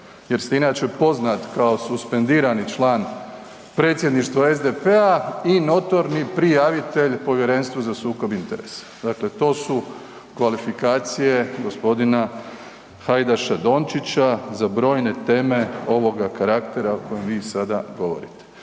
jer ste inače poznat kao suspendirani član predsjedništva SDP-a i notorni prijavitelj Povjerenstvu za sukob interesa, dakle to su kvalifikacije gospodina Hajdaša Dončića za brojne teme ovoga karaktera o kojem vi sada govorite.